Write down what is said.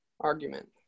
argument